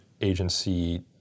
Agency